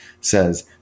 says